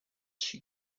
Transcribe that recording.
she